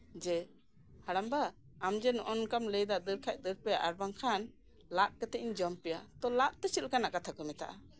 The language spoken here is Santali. ᱦᱟᱲᱟᱢ ᱵᱟ ᱟᱢᱡᱮ ᱱᱚᱜ ᱚᱭ ᱱᱚᱝᱠᱟᱢ ᱞᱟᱹᱭ ᱫᱟ ᱫᱟᱹᱲ ᱠᱷᱟᱡ ᱫᱟᱹᱲ ᱯᱮ ᱟᱨ ᱵᱟᱝᱠᱷᱟᱱ ᱞᱟᱫ ᱠᱟᱛᱮᱜ ᱤᱧ ᱡᱚᱢ ᱯᱮᱭᱟ ᱛᱳ ᱞᱟᱫ ᱫᱚ ᱪᱮᱫ ᱞᱮᱠᱟᱱᱟᱜ ᱠᱟᱛᱷᱟ ᱠᱚ ᱪᱮᱫ ᱢᱮᱛᱟᱜᱼᱟ